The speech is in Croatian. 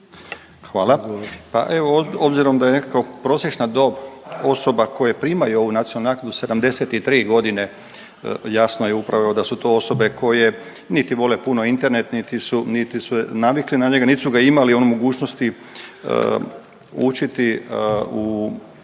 Hvala. Pa evo obzirom da je nekako prosječna dob osoba koje primaju ovu nacionalnu naknadu 73 godine, jasno je upravo da su to osobe koje niti vole puno Internet, niti su navikli na njega, niti su ga imali mogućnosti učiti i